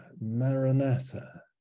Maranatha